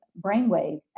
brainwave